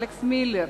אלכס מילר,